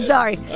Sorry